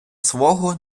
свого